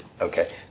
Okay